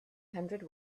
hundred